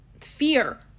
fear